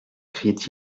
criait